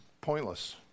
pointless